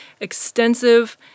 extensive